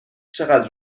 چقدر